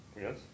Yes